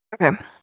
Okay